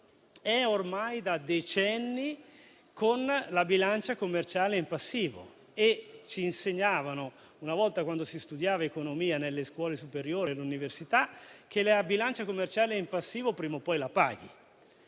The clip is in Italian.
è ormai da decenni con la bilancia commerciale in passivo. Ci insegnavano una volta, quando si studiava economia nelle scuole superiori e all'università, che la bilancia commerciale in passivo prima o poi la paghi.